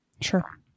sure